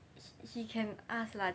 h~ he can ask lah